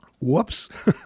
Whoops